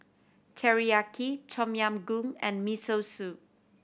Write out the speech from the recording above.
Teriyaki Tom Yam Goong and Miso Soup